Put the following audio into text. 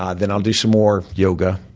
ah then i'll do some more yoga.